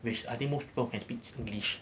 which I think most people can speak english